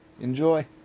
Enjoy